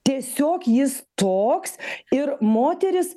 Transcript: tiesiog jis toks ir moteris